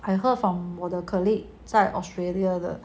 I heard from water colleague 在 australia 的